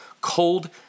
cold